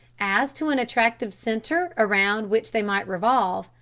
as to an attractive center around which they might revolve,